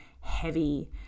heavy